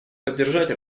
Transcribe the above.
поддержать